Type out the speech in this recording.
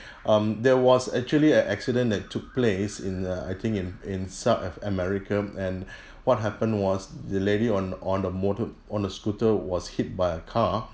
um there was actually an accident that took place in uh I think in in south uh america and what happened was the lady on on the motor on a scooter was hit by a car